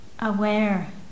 aware